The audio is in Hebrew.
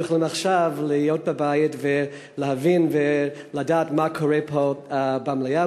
והם יכולים עכשיו להיות בבית ולהבין ולדעת מה קורה פה במליאה,